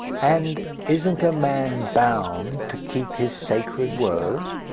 and isn't a man bound to keep his sacred word?